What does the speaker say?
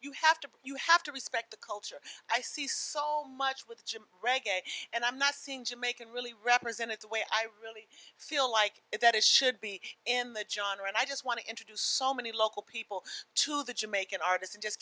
you have to you have to respect the culture i see so much with jim reggae and i'm not seeing jamaican really represented the way i really feel like it that it should be in that genre and i just want to introduce so many local people to the jamaican artists just